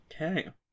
Okay